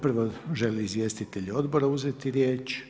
Prvo žele li izvjestitelji Odbora uzeti riječ?